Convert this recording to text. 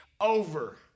over